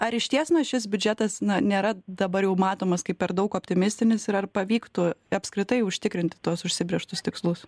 ar išties na šis biudžetas na nėra dabar jau matomas kaip per daug optimistinis ir ar pavyktų apskritai užtikrinti tuos užsibrėžtus tikslus